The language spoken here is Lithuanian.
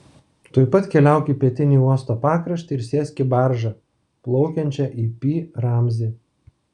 tuoj pat keliauk į pietinį uosto pakraštį ir sėsk į baržą plaukiančią į pi ramzį